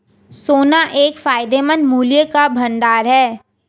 सोना एक फायदेमंद मूल्य का भंडार है